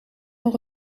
nog